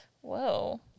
Whoa